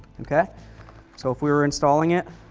okay so if we were installing it,